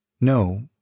No